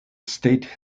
state